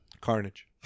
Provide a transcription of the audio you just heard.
Carnage